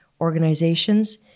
organizations